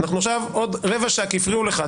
אנחנו עכשיו אחרי עוד רבע שעה כי הפריעו לך,